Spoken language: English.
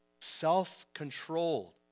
self-controlled